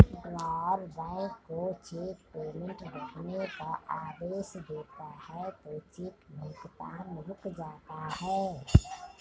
drawer bank को cheque payment रोकने का आदेश देता है तो चेक भुगतान रुक जाता है